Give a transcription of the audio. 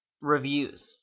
reviews